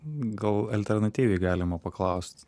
gal alternatyviai galima paklaust